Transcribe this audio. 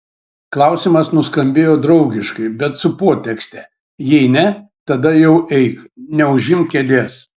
klausimas nuskambėjo draugiškai bet su potekste jei ne tada jau eik neužimk kėdės